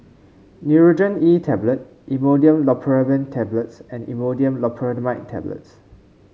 Nurogen E Tablet Imodium Loperamide Tablets and Imodium Loperamide Tablets